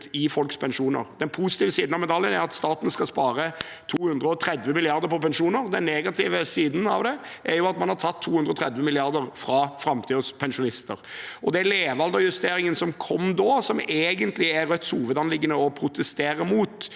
i folks pensjoner. Den positive siden av medaljen er at staten skal spare 230 mrd. kr på pensjoner, den negative siden av det er at man har tatt 230 mrd. kr fra framtidens pensjonister. Når det gjelder den levealdersjusteringen som kom da, som egentlig er Rødts hovedanliggende å protestere mot,